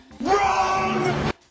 Wrong